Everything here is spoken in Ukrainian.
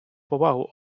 повагу